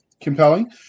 compelling